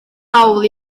hawl